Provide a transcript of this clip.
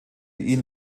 ihn